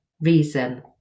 reason